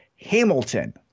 Hamilton